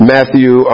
Matthew